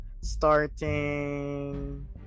starting